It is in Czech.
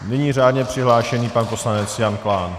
Nyní řádně přihlášený pan poslanec Jan Klán.